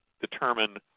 determine